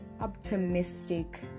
optimistic